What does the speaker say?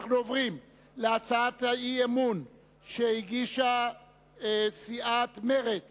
אנחנו עוברים להצעת האי-אמון שהגישה סיעת מרצ